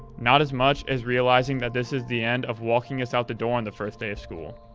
not as much as realizing that this is the end of walking us out the door on the first day of school,